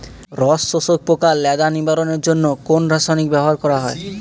রস শোষক পোকা লেদা নিবারণের জন্য কোন রাসায়নিক ব্যবহার করা হয়?